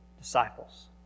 disciples